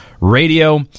Radio